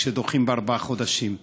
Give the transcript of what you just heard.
כשדוחים בארבעה חודשים,